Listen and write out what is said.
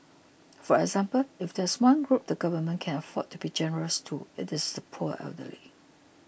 for example if there is one group the Government can afford to be generous to it is the poor elderly